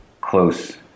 close